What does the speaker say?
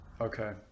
Okay